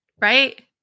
right